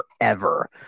forever